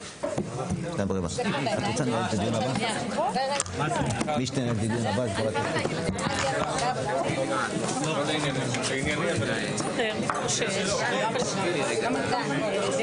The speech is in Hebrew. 14:07.